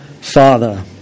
Father